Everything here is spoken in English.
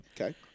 Okay